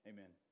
Amen